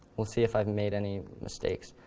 we'll see if i've made any mistakes.